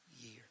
year